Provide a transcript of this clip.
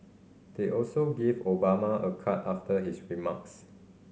they also gave Obama a card after his remarks